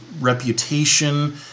reputation